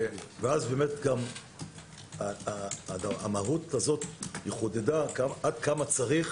אז המהות הזאת חודדה עד כמה צריך